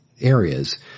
areas